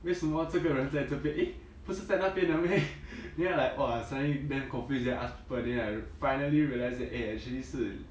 为什么这个人在这边 eh 不是在那边的 meh then I like !wah! suddenly damn confused then I ask people then I finally realised that eh actually 是